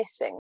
missing